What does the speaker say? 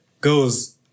goes